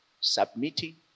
submitting